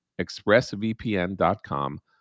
expressvpn.com